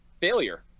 failure